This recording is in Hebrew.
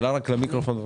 התשפ"ב-2022.